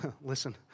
listen